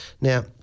Now